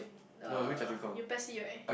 the you Pes C right